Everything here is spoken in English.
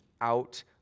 out